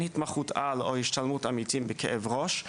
התמחות על או השתלמות עמיתים בכאב ראש.